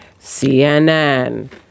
CNN